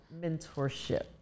mentorship